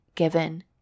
given